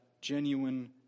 genuine